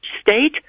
state